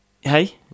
Hey